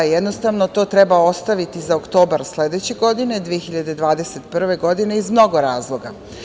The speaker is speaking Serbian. Jednostavno, to treba ostaviti za oktobar sledeće godine, 2021. godine, iz mnogo razloga.